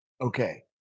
okay